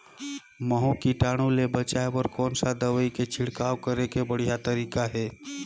महू कीटाणु ले बचाय बर कोन सा दवाई के छिड़काव करे के बढ़िया तरीका हे?